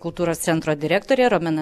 kultūros centro direktorė romena